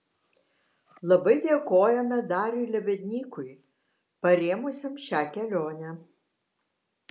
labai dėkojame dariui lebednykui parėmusiam šią kelionę